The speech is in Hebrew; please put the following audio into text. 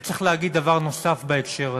וצריך להגיד דבר נוסף בהקשר הזה: